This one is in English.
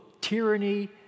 tyranny